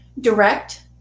direct